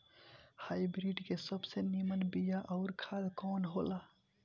Hybrid के सबसे नीमन बीया अउर खाद कवन हो ला?